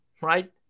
right